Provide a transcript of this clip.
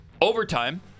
overtime